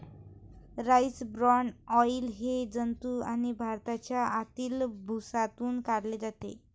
rice bran oil हे जंतू आणि भाताच्या आतील भुसातून काढले जाते